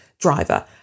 driver